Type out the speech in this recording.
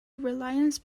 reliance